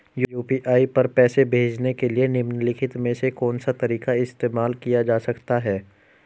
UPI पर पैसे भेजने के लिए निम्नलिखित में से कौन सा तरीका इस्तेमाल किया जा सकता है?